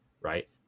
right